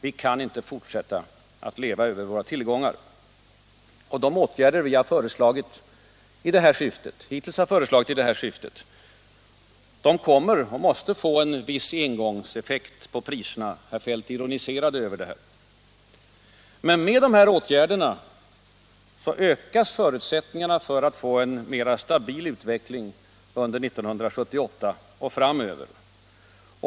Vi kan inte fortsätta att leva över våra tillgångar. De åtgärder vi hittills har föreslagit i detta syfte kommer att få — och måste få — en viss engångseffekt på priserna. Herr Feldt ironiserade över detta. Men med de här åtgärderna ökas förutsättningarna för att få en mera stabil utveckling under 1978 och framöver.